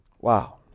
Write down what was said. Wow